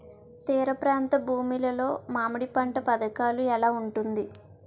తీర ప్రాంత భూమి లో మామిడి పంట పథకాల ఎలా ఉంటుంది?